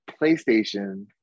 PlayStation